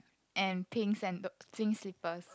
and pink sandal pink slippers